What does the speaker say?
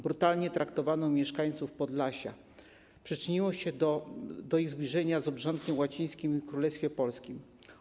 Brutalne traktowanie mieszkańców Podlasia przyczyniło się do ich zbliżenia z obrządkiem łacińskim i Królestwem Polskim.